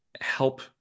help